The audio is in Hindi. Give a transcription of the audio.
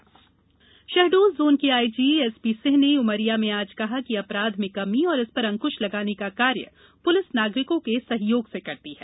पुलिस चौकी शहडोल जोन के आईजी एसपी सिंह ने उमरिया में आज कहा कि अपराध मे कमी और अंकुश लगाने का कार्य पुलिस नागरिकों के सहयोग से करती है